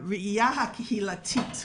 והראייה הקהילתית.